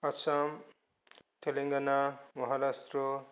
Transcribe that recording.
Assam Telangana Maharashtra